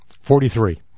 Forty-three